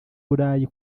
burayi